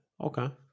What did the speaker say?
Okay